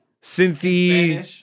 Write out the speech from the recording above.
Cynthia